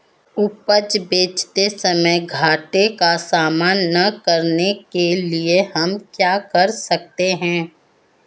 उपज बेचते समय घाटे का सामना न करने के लिए हम क्या कर सकते हैं?